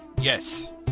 Yes